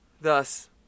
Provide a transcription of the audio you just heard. Thus